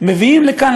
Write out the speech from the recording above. מביאים לכאן,